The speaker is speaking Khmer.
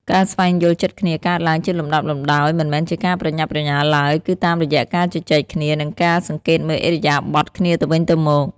ការស្វែងយល់ចិត្តគ្នាកើតឡើងជាលំដាប់លំដោយ មិនមែនជាការប្រញាប់ប្រញាល់ឡើយ គឺតាមរយៈការជជែកគ្នា និងការសង្កេតមើលឥរិយាបថគ្នាទៅវិញទៅមក។